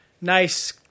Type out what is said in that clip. nice